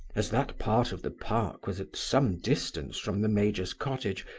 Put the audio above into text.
as that part of the park was at some distance from the major's cottage,